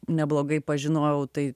neblogai pažinojau tai